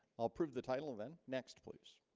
i'll prove the title event next please